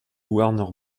warner